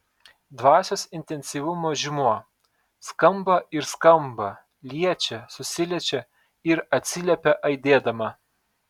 dvasios intensyvumo žymuo skamba ir skamba liečia susiliečia ir atsiliepia aidėdama